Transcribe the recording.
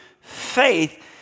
faith